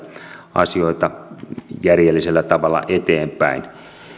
asioita järjellisellä tavalla eteenpäin